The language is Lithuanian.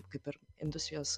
kaip ir industrijos